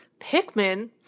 Pikmin